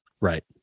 Right